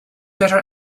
better